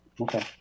Okay